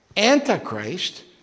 Antichrist